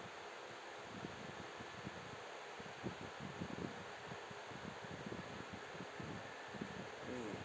mm